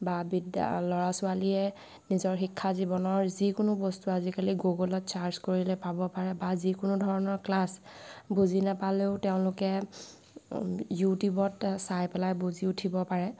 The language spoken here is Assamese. বা বিদ্যা ল'ৰা ছোৱালীয়ে নিজৰ শিক্ষা জীৱনৰ যিকোনো বস্তু আজিকালি গুগলত চাৰ্ছ কৰিলেই পাব পাৰে বা যিকোনো ধৰণৰ ক্লাছ বুজি নাপালেও তেওঁলোকে ইউটিউবত চাই পেলাই বুজি উঠিব পাৰে